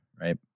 right